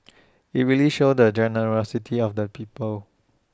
IT really shows the generosity of the people